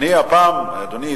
אדוני,